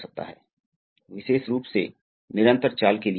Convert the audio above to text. अब हम अगले उदाहरण पर चलते हैं